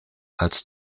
als